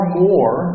more